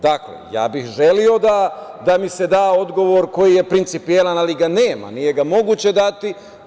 Dakle, želeo bih da mi se da odgovor koji je principijelan, ali ga nema, nije ga moguće dati.